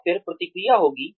और फिर प्रतिक्रिया होगी